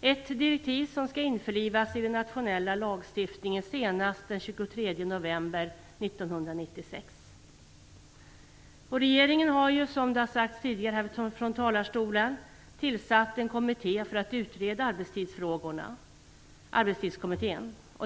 Det är ett direktiv som skall införlivas i den nationella lagstiftningen senast den 23 november 1996. Regeringen har ju, som det har sagts tidigare från talarstolen, tillsatt en kommitté för att utreda arbetstidsfrågorna, Arbetstidskommittén.